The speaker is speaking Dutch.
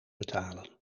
betalen